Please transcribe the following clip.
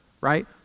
right